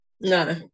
No